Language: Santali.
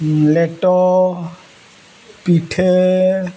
ᱞᱮᱴᱚ ᱯᱤᱴᱷᱟᱹ